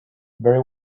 very